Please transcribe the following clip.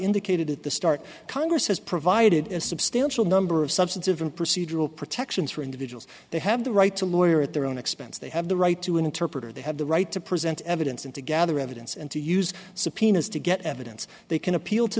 indicated at the start congress has provided a substantial number of substantive in procedural protections for individuals they have the right to lawyer at their own expense they have the right to an interpreter they have the right to present evidence and to gather evidence and to use subpoenas to get evidence they can appeal to